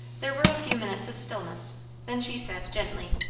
there were a few minutes of stillness then she said gently,